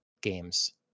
games